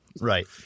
Right